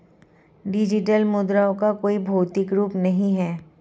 digital मुद्राओं का कोई भौतिक रूप नहीं होता